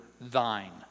thine